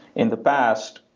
in the past,